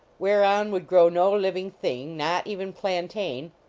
whereon would grow no living thing, not even plantain,